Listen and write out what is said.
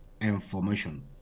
information